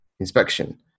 inspection